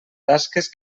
tasques